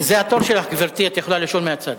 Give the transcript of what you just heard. זה התור שלך, גברתי, את יכולה לשאול מהצד.